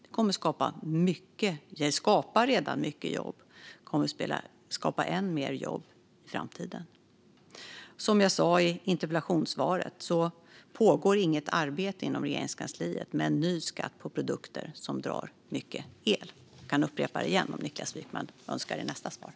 Det skapar redan många jobb, och det kommer att skapa ännu fler jobb i framtiden. Som jag sa i interpellationssvaret pågår inget arbete inom Regeringskansliet med en ny skatt på produkter som drar mycket el. Jag kan upprepa det igen, om Niklas Wykman önskar, i nästa inlägg.